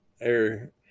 air